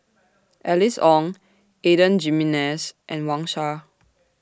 Alice Ong Adan Jimenez and Wang Sha